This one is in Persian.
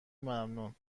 ممنون